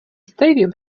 stadium